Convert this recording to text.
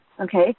okay